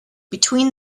between